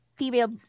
female